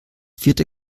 vierte